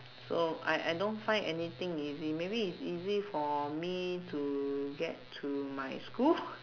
so I I don't find anything easy maybe it's easy for me to get to my school